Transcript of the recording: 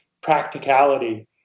practicality